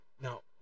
Now